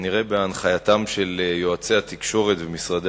כנראה בהנחייתם של יועצי התקשורת ומשרדי